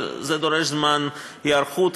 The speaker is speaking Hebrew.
אבל זה דורש זמן היערכות,